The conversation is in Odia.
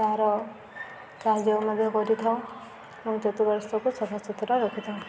ତାର କାର୍ଯ୍ୟ ମଧ୍ୟ କରିଥାଉ ଏବଂ ଚତୁଃପାର୍ଶ୍ୱକୁ ସଫା ସୁୁତୁରା ରଖିଥାଉ